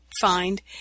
find